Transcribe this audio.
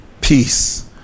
peace